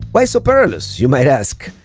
why so perilous, you may ask.